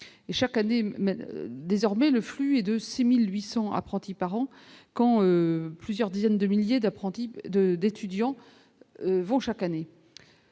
Chaque année, le flux est de 6 800 apprentis par an, quand plusieurs dizaines de milliers d'étudiants partent